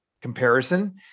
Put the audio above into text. comparison